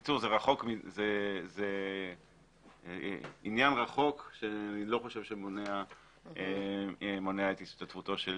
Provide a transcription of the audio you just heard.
בקיצור זה עניין רחוק שאני לא חושב שמונע את השתתפותו של